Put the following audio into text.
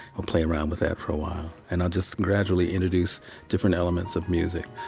we'll play around with that for a while, and i'll just gradually introduce different elements of music.